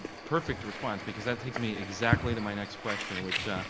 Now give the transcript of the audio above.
perfect response, because that takes me exactly to my next question, which,